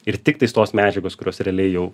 ir tiktais tos medžiagos kurios realiai jau